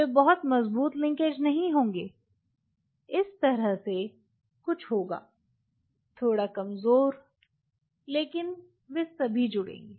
वे बहुत मजबूत लिंकेज नहीं होंगे इस तरह से कुछ होगा थोड़ा कमज़ोर लेकिन वे सभी जुड़ेंगे